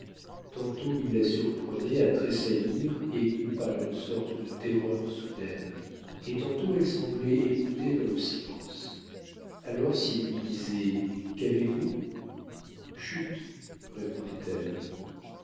tantôt il la surprenait à tressaillir émue par une sorte de terreur soudaine et tantôt elle semblait écouter dans le silence alors s'il lui disait qu'avez-vous chut répondait-elle